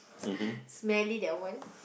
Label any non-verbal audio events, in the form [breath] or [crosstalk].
[breath] smelly that one